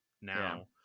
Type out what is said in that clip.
now